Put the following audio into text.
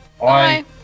Bye